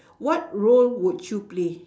what role would you play